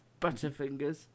Butterfingers